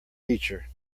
teacher